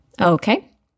Okay